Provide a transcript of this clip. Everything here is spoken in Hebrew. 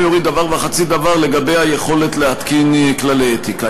יוריד דבר וחצי דבר לגבי היכולת להתקין כללי אתיקה.